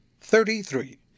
Thirty-three